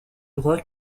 droit